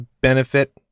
benefit